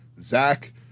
Zach